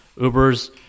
Uber's